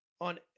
on